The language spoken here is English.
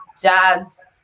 jazz